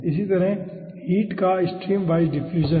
इसी तरह हीट का स्ट्रीम वाइज डिफ्यूजन